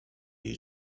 jej